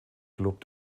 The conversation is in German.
club